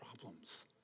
problems